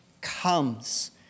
comes